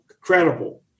credible